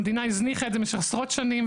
המדינה הזניחה את זה במשך עשרות שנים,